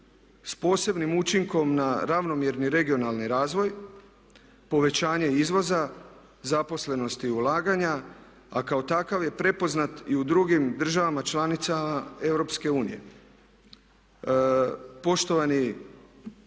s posebnim učinkom na ravnomjerni regionalni razvoj, povećanje izvoza zaposlenosti ulaganja a kao takav je prepoznat i u drugim državama članicama EU. Poštovani